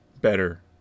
better